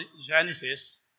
Genesis